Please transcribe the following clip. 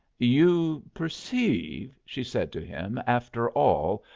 you perceive, she said to him, after all,